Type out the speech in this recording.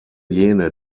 jene